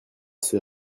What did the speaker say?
ses